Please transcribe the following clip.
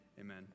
Amen